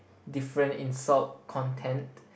different in salt content